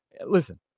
listen